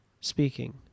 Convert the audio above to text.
speaking